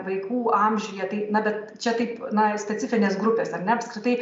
vaikų amžiuje tai na bet čia taip na specifinės grupės ar ne apskritai